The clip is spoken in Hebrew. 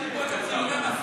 יש לי פה את צילומי המסך,